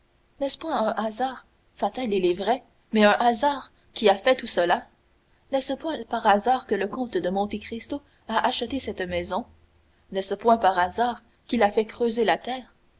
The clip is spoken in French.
n'est-ce point un hasard fatal il est vrai mais un hasard qui a fait tout cela n'est-ce point par hasard que le comte de monte cristo a acheté cette maison n'est-ce point par hasard qu'il a fait creuser la terre